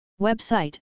Website